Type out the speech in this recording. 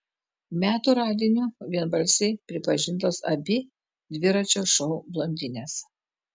metų radiniu vienbalsiai pripažintos abi dviračio šou blondinės